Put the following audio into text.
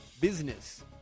Business